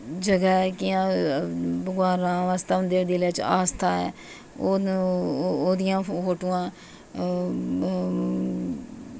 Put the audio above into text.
जगहा ऐ कियां भगवान राम आस्तै उंदे दिलै च आस्था ऐ ते ओह्दियां फोटोआं